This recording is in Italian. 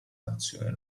nazione